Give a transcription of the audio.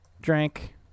Drank